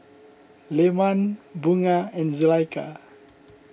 Leman Bunga and Zulaikha